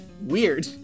Weird